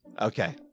Okay